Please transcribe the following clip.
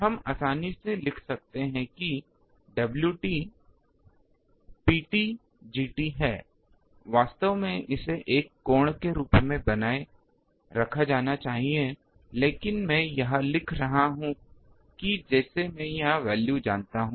हम आसानी से लिख सकते हैं कि Wt Pt Gt है वास्तव में इसे एक कोण के रूप में बनाए रखा जाना चाहिए लेकिन मैं यह लिख रहा हूं कि जैसे कि मैं यहां वैल्यू जानता हूं